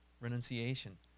renunciation